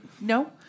No